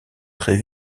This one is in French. très